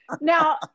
now